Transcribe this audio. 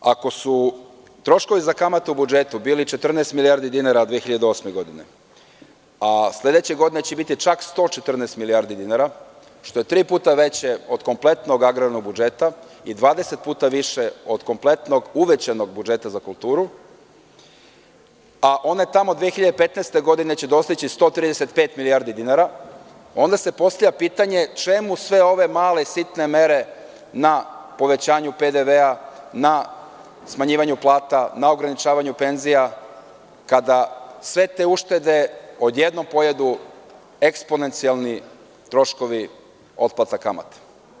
Ako su troškovi za kamatu u budžetu bili 14 milijardi dinara 2008. godine, a slediće godine će biti čak 114 milijardi dinara, što je tri puta veće od kompletnog agrarnog budžeta i 20 puta više od kompletnog uvećanog budžeta za kulturu, a one tamo, 2015. godine će dostići 135 milijardi dinara, onda se postavlja pitanje – čemu sve ove male, sitne mere na povećanju PDV, na smanjivanju plata, na ograničavanju penzija, kada sve te uštede odjednom pojedu eksponencijalni troškovi otplata kamata?